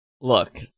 Look